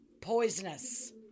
Poisonous